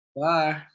bye